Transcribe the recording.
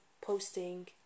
posting